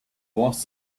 was